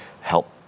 help